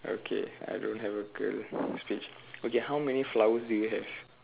okay I don't have a girl speech okay how many flowers do you have